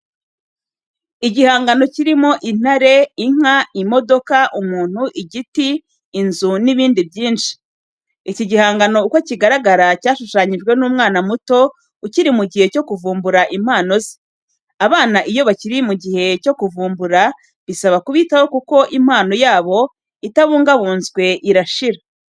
Igihangano kirimo intare, inka, imodoka, umuntu, igiti, inzu n'ibindi byinshi. Iki gihangano uko kigaragara cyashushanyijwe n'umwana muto ukiri mu gihe cyo kuvumbura impano ze. Abana iyo bakiri mu gihe cyo kuvumbura bisaba kubitaho kuko impano yabo itabungabunzwe irashira.